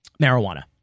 marijuana